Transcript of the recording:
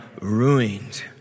ruined